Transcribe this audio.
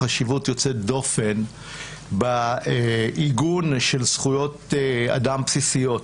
חשיבות יוצאת דופן בעיגון של זכויות אדם בסיסיות.